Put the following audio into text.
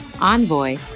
Envoy